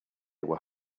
were